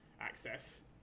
access